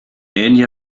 egli